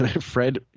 Fred